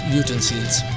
utensils